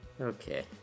Okay